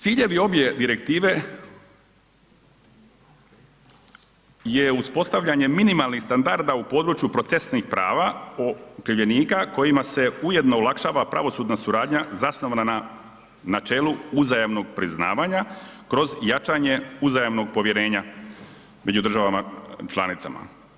Ciljevi obje direktive je uspostavljanje minimalnih standarda u području procesnih prava okrivljenika kojima se ujedno olakšava pravosudna suradnja zasnovana na načelu uzajamnog priznavanja kroz jačanje uzajamnog povjerenja među državama članica.